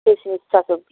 শেষ নিঃশ্বাস অবধি